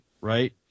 right